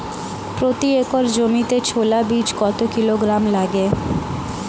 প্রতি একর জমিতে ছোলা বীজ কত কিলোগ্রাম লাগে?